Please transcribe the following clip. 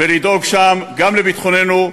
ולדאוג שם גם לביטחוננו,